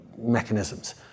mechanisms